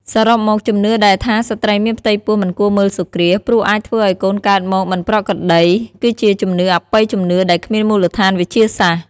សរុបមក ជំនឿដែលថាស្ត្រីមានផ្ទៃពោះមិនគួរមើលសូរ្យគ្រាស ព្រោះអាចធ្វើឲ្យកូនកើតមកមិនប្រក្រតី គឺជាជំនឿអបិយជំនឿដែលគ្មានមូលដ្ឋានវិទ្យាសាស្ត្រ ។